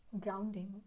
grounding